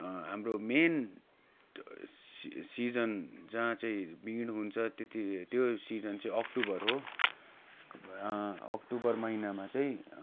हाम्रो मेन त्यो सि सिजन जहाँ चाहिँ भिड हुन्छ त्यति त्यो सिजन चाहिँ अक्टोबर हो अक्टोबर महिनामा चाहिँ